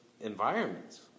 environments